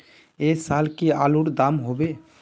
ऐ साल की आलूर र दाम होबे?